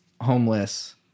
homeless